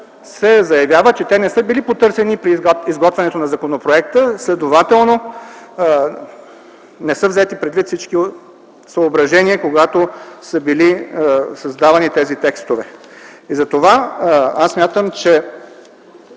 се заявява, че те не са били потърсени при изготвянето на законопроекта, следователно не са взети предвид всички съображения, когато са били създавани тези текстове. Затова аз смятам, че